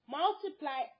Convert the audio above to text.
multiply